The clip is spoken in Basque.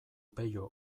pello